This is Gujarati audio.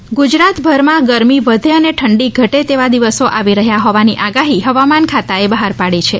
હવામાન ગુજરાતભર માં ગરમી વધે અને ઠંડી ઘટે તેવા દિવસો આવી રહ્યા હોવાની આગાહી હવામાન ખાતા એ બહાર પાડી છે